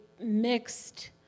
mixed